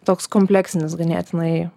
toks kompleksinis ganėtinai